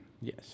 Yes